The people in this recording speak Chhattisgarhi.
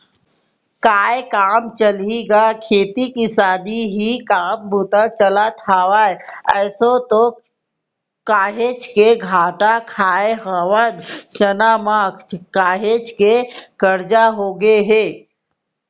काय काम चलही गा खेती किसानी के ही काम बूता चलत हवय, आसो तो काहेच के घाटा खाय हवन चना म, काहेच के करजा होगे हे